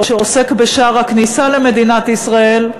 שעוסק בשער הכניסה למדינת ישראל,